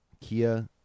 Kia